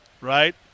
right